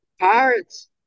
Pirates